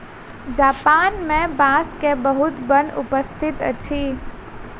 Japan मे बांस के बहुत वन उपस्थित अछि